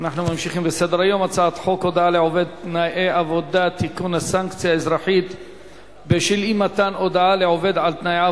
26 בעד, אין מתנגדים, אין נמנעים.